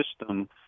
system